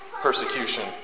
persecution